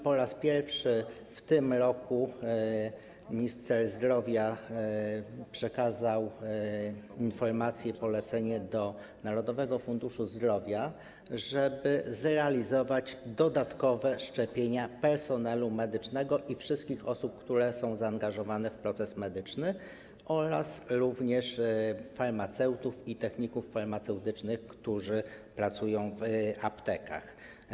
Po raz pierwszy w tym roku minister zdrowia przekazał informację, polecenie do Narodowego Funduszu Zdrowia, żeby zrealizować dodatkowe szczepienia personelu medycznego i wszystkich osób, które są zaangażowane w proces medyczny, jak również farmaceutów i techników farmaceutycznych, którzy pracują w aptekach.